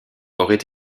aurait